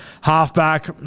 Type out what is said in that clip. Halfback